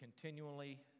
continually